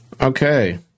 Okay